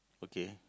okay